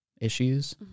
issues